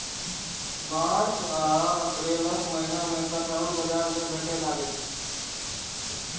मार्च आ अप्रैलक महीना मे कटहल बाजार मे भेटै लागै छै